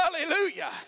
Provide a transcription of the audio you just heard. Hallelujah